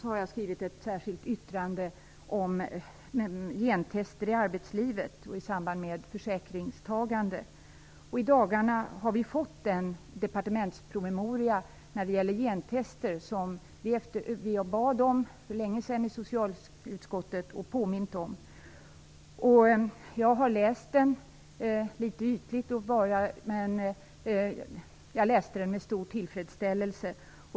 Jag har skrivit ett särskilt yttrande om gentester i arbetslivet och i samband med försäkringstagande. I dagarna har vi fått den departementspromemoria om gentester som vi i socialutskottet för länge sedan bett om och som vi också påmint om. Jag har läst promemorian litet ytligt, men med stor tillfredsställelse.